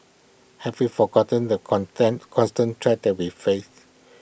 have we forgotten the constant threats that we face